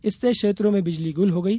इससे क्षेत्रों में बिजली गुल हो गई